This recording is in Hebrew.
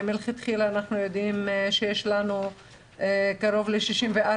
מלכתחילה אנחנו יודעים שיש לנו קרוב ל-64